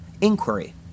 inquiry